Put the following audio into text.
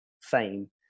fame